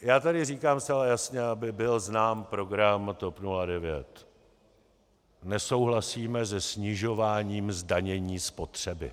Já tady říkám zcela jasně, aby byl znám program TOP 09: Nesouhlasíme se snižováním zdanění spotřeby.